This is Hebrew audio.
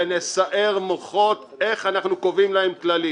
ונסער מוחות איך אנחנו קובעים להם כללים